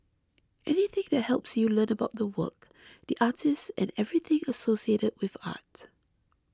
anything that helps you learn about the work the artist and everything associated with art